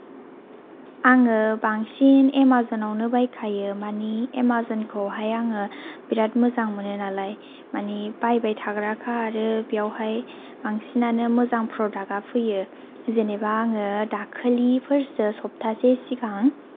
आङो बांसिन एमाजनआवनो बायखायो मानि एमाजनखौहाय आङो बिराट मोजां मोनो नालाय मानि बायबाय थाग्राखा आरो बेयावहाय बांसिनानो मोजां प्रडाक्टआ फैयो जेन'बा आङो दाखालिफोरसो सप्तासे सिगां